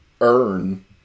earn